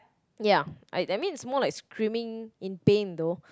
ya I I mean it's more like screaming in pain though